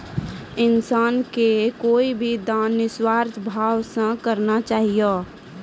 इंसान के कोय भी दान निस्वार्थ भाव से करना चाहियो